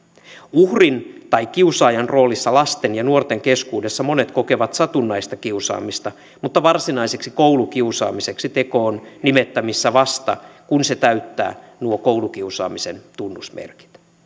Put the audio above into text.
uhrin tai kiusaajan roolissa lasten ja nuorten keskuudessa monet kokevat satunnaista kiusaamista mutta varsinaiseksi koulukiusaamiseksi teko on nimettävissä vasta kun se täyttää nuo koulukiusaamisen tunnusmerkit